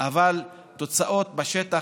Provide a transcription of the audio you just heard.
אבל תוצאות בשטח,